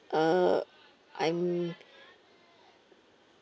uh I'm